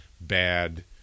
bad